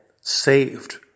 saved